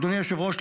אדוני היושב-ראש,